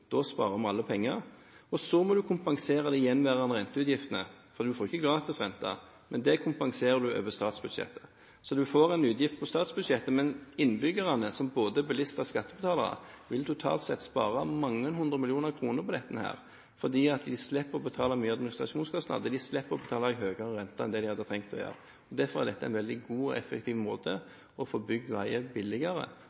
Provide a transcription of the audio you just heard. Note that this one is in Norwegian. Da sparer alle penger. Og så må man kompensere de gjenværende renteutgiftene, for man får ikke gratisrenter. Det kompenserer man over statsbudsjettet. Så man får en utgift på statsbudsjettet, men innbyggerne, som både er bilister og skattebetalere, vil totalt sett spare mange hundre millioner kroner på dette fordi de slipper å betale så mye i administrasjonskostnader, og de slipper å betale en høyere rente enn det de hadde trengt å gjøre. Derfor er dette en veldig god og effektiv måte